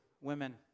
women